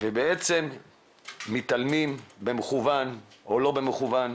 בעצם מתעלמים במכוון או לא במכוון,